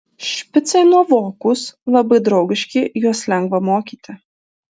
špicai nuovokūs labai draugiški juos lengva mokyti